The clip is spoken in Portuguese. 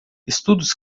estudos